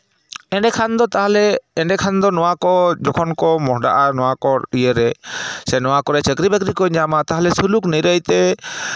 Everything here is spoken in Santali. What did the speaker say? ᱮᱸᱰᱮᱠᱷᱟᱱ ᱫᱚ ᱛᱟᱦᱚᱞᱮ ᱮᱸᱰᱮᱠᱷᱟᱱ ᱫᱚ ᱱᱚᱣᱟᱠᱚ ᱡᱚᱠᱷᱚᱱ ᱠᱚ ᱢᱚᱦᱚᱰᱟᱜᱼᱟ ᱱᱚᱣᱟ ᱠᱚ ᱤᱭᱟᱹᱨᱮ ᱥᱮ ᱱᱚᱣᱟ ᱠᱚᱨᱮ ᱪᱟᱹᱠᱨᱤ ᱵᱟᱹᱠᱨᱤ ᱠᱚ ᱧᱟᱢᱟ ᱛᱟᱦᱚᱞᱮ ᱥᱩᱞᱩᱠ ᱱᱤᱨᱟᱹᱭᱛᱮ